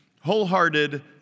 Wholehearted